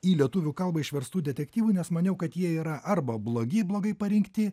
į lietuvių kalbą išverstų detektyvų nes maniau kad jie yra arba blogi blogai parinkti